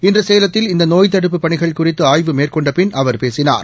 இன்றகேலத்தில் இந்தநோய் தடுப்புப் பணிகள் குறித்துஆய்வு மேற்கொண்டபின் அவர் பேசினார்